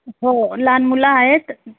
हो लहान मुलं आहेत